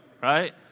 right